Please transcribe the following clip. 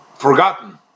forgotten